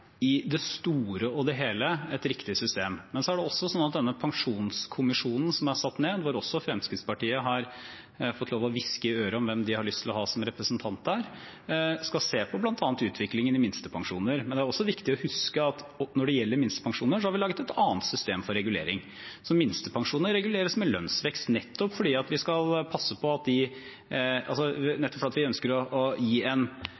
et riktig system. Men så er det også sånn at denne pensjonskommisjonen som er satt ned, hvor også Fremskrittspartiet har fått lov til å hviske i øret hvem de har lyst til å ha som representant der, skal se på bl.a. utviklingen i minstepensjoner. Når det gjelder minstepensjoner, er det viktig å huske at vi har laget et annet system for regulering. Minstepensjoner reguleres med lønnsvekst nettopp fordi vi ønsker å gi en mer gunstig behandling av minstepensjonistene enn av andre. Det er nok en